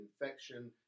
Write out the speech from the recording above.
infection